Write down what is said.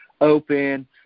open